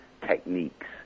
techniques